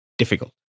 difficult